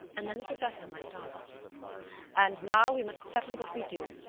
and then the professor went on and now we must settle what we do.